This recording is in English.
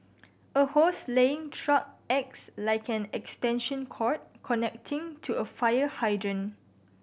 a hose laying truck acts like an extension cord connecting to a fire hydrant